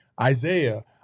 Isaiah